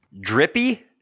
Drippy